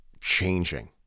changing